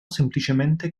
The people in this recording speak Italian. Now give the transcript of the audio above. semplicemente